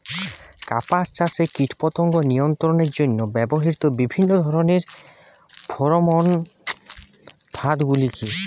কাপাস চাষে কীটপতঙ্গ নিয়ন্ত্রণের জন্য ব্যবহৃত বিভিন্ন ধরণের ফেরোমোন ফাঁদ গুলি কী?